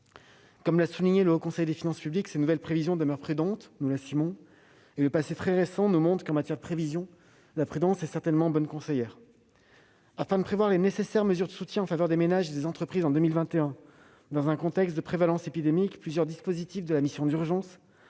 Comme l'a souligné le Haut Conseil des finances publiques, ces nouvelles prévisions demeurent prudentes et nous l'assumons. Le passé très récent nous a montré qu'en matière de prévisions la prudence était certainement bonne conseillère. Afin de prévoir les nécessaires mesures de soutien en faveur des ménages et des entreprises en 2021 dans un contexte de prévalence épidémique, plusieurs dispositifs de la mission « Plan d'urgence